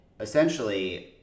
essentially